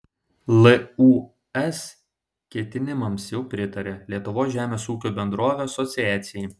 lūs ketinimams jau pritarė lietuvos žemės ūkio bendrovių asociacija